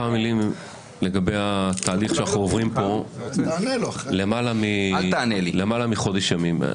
כמה מילים לגבי התהליך שאנחנו עוברים כאן למעלה מחודש ימים.